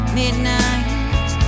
midnight